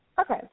Okay